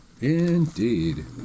Indeed